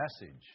message